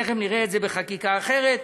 ותכף נראה את זה בחקיקה אחרת.